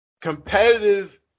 Competitive –